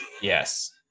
Yes